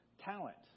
Talent